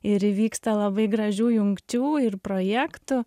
ir įvyksta labai gražių jungčių ir projektų